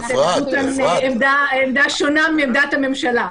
פשוט הם נקטו כאן עמדה שונה מעמדת הממשלה.